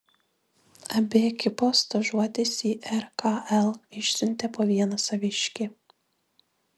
abi ekipos stažuotis į rkl išsiuntė po vieną saviškį